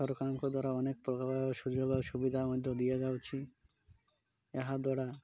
ସରକାରଙ୍କ ଦ୍ୱାରା ଅନେକ ପ୍ରକାର ସୁଯୋଗ ସୁବିଧା ମଧ୍ୟ ଦିଆଯାଉଛି ଏହାଦ୍ୱାରା